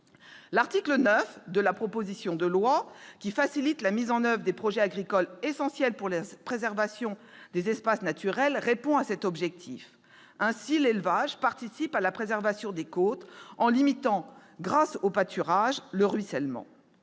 L'article 9 de la proposition de loi, qui facilite la mise en oeuvre de projets agricoles essentiels pour la préservation des espaces naturels, répond à cet objectif. Ainsi, l'élevage participe à la préservation des côtes, en limitant, grâce aux pâturages, le ruissellement.